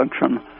function